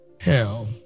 hell